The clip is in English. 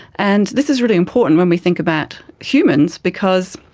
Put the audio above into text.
and this is really important when we think about humans because,